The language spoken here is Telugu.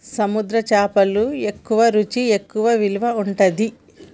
సముద్ర చేపలు ఎక్కువ రుచి ఎక్కువ విలువ ఉంటది